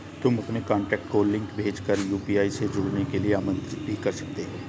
तुम अपने कॉन्टैक्ट को लिंक भेज कर यू.पी.आई से जुड़ने के लिए आमंत्रित भी कर सकते हो